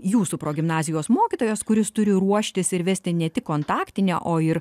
jūsų progimnazijos mokytojas kuris turi ruoštis ir vesti ne tik kontaktinę o ir